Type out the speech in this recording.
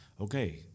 Okay